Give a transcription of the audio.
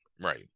Right